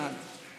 בעד.